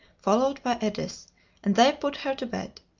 followed by edith, and they put her to bed.